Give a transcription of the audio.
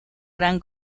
gran